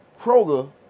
Kroger